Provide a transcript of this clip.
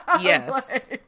Yes